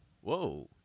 Whoa